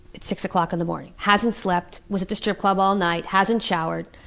it's six o'clock in the morning, hasn't slept, was at the strip club all night, hasn't showered.